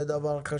זה דבר חשוב.